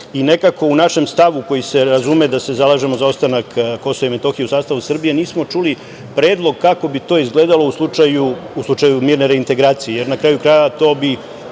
i nekako u našem stavu koji se razume da se zalažemo za ostanak KiM u sastavu Srbije nismo čuli predlog kako bi to izgledalo u slučaju mirne reintegracije. Jer, na kraju krajeva, to bi